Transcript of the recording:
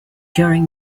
during